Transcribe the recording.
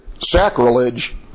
sacrilege